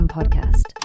Podcast